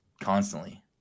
constantly